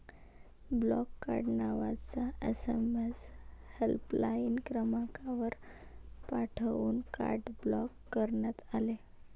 block card नावाचा SMS helpline क्रमांकावर पाठवून कार्ड ब्लॉक करण्यात आले